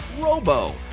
Robo